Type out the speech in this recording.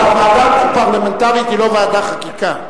אבל הוועדה הפרלמנטרית היא לא ועדה חקיקה.